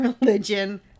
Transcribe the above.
religion